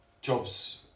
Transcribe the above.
jobs